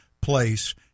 place